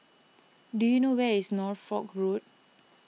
do you know where is Norfolk Road